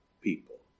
people